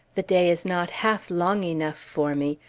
the day is not half long enough for me.